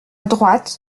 droite